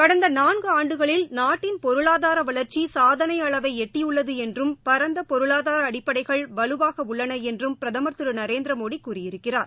கடந்த நான்கு ஆண்டுகளில் நாட்டின் பொருளாதார வளர்க்சி சாதனை அளவை எட்டியுள்ளது என்றும் பரந்த பொருளாதார அடிப்படைகள் வலுவாக உள்ளன என்றும் பிரதமர் திரு நரேந்திர மோடி கூறியிருக்கிறார்